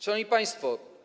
Szanowni Państwo!